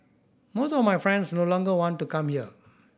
most of my friends no longer want to come here